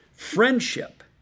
Friendship